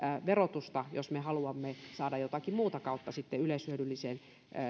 verotusta jos me haluamme saada jotakin muuta kautta sitten yleishyödylliseen